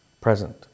present